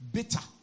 Bitter